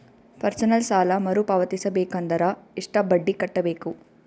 Personal ಸಾಲ ಮರು ಪಾವತಿಸಬೇಕಂದರ ಎಷ್ಟ ಬಡ್ಡಿ ಕಟ್ಟಬೇಕು?